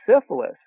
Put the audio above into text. syphilis